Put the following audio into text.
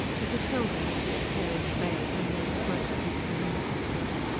he could seldom resist tearing the veil from ned's gross hints and impostures.